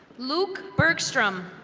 luke burgstrom.